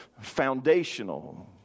foundational